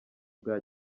bwa